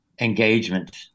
engagement